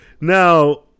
Now